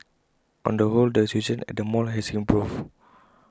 on the whole the situation at the mall has improved